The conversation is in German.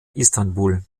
istanbul